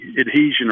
adhesion